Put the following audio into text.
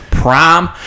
Prime